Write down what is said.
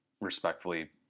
respectfully